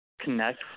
connect